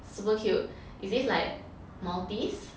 super cute is this like maltese